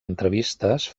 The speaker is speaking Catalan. entrevistes